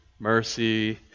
Mercy